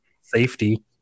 safety